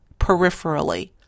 peripherally